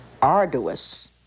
arduous